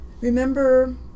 Remember